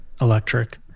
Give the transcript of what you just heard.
electric